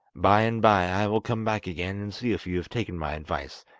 by-and-by i will come back again and see if you have taken my advice,